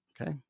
Okay